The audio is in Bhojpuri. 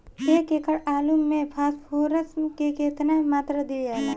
एक एकड़ आलू मे फास्फोरस के केतना मात्रा दियाला?